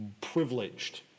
privileged